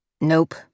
Nope